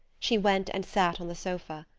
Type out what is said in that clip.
she went and sat on the sofa.